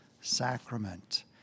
sacrament